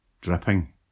dripping